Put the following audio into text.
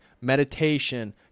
meditation